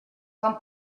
quan